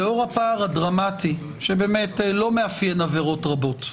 לאור הפער הדרמטי, שלא מאפיין עבירות רבות,